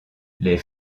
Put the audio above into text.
les